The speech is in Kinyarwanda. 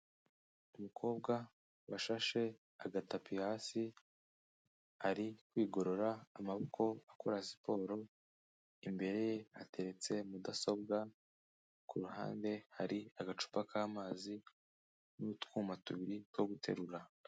Umukobwa washashe agatapi hasi, ari kwigorora amaboko akora siporo, imbere ye hateretse mudasobwa ku ruhande hari agacupa k'amazi n'utwuma tubiri two guterura.